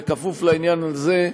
כפוף לעניין הזה,